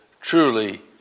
truly